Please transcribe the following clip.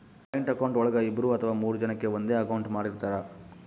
joint account ಒಳಗ ಇಬ್ರು ಅಥವಾ ಮೂರು ಜನಕೆ ಒಂದೇ ಅಕೌಂಟ್ ಮಾಡಿರ್ತರಾ